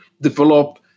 develop